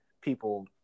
people